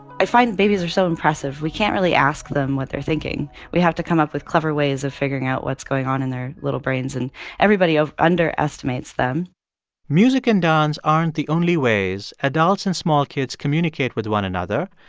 i find babies are so impressive. we can't really ask them what they're thinking. we have to come up with clever ways of figuring out what's going on in their little brains, and everybody underestimates them music and dance aren't the only ways adults and small kids communicate with one another.